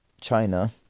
China